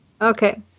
okay